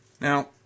Now